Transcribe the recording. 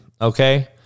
okay